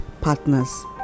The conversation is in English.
partners